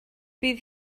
bydd